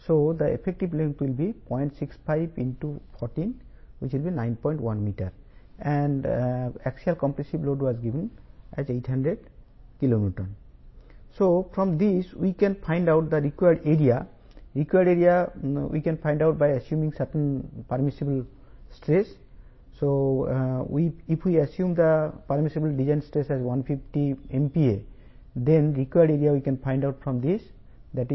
ఉదాహరణ 800 kN axial load ను support చేసేలా నాలుగు యాంగిల్స్ తో బిల్ట్ అప్ డబుల్ లేస్డ్ కాలమ్ను రూపొందించండి